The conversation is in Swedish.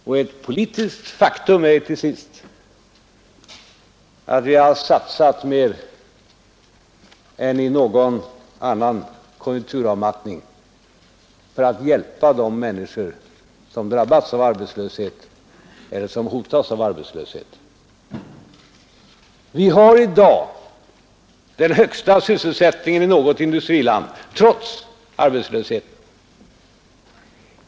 Det är ju till sist också ett politiskt faktum att vi nu har satsat mer än i någon annan konjunkturavmattning för att hjälpa de människor som drabbats eller hotas av arbetslöshet. Vi har i dag den högsta sysselsättningen i något industriland trots arbetslösheten.